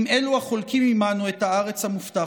עם אלו החולקים עימנו את הארץ המובטחת.